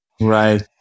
Right